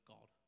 God